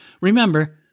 Remember